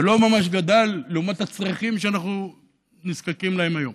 ולא ממש גדל לעומת הצרכים שאנחנו נזקקים להם היום.